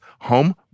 home